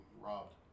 robbed